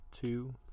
two